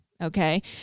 okay